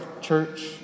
church